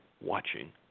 watching